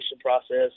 process